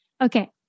Okay